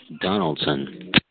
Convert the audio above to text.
Donaldson